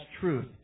truth